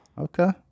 Okay